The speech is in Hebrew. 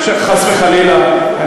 חס וחלילה.